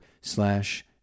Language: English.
slash